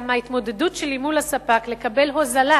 גם ההתמודדות שלי מול הספק כדי לקבל הוזלה